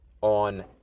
on